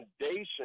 foundation